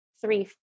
three